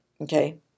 okay